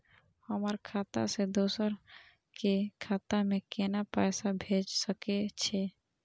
हमर खाता से दोसर के खाता में केना पैसा भेज सके छे?